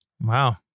Wow